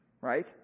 Right